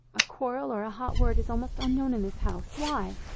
a quarrel or a hot word is almost unknown in this house. why?